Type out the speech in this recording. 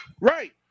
Right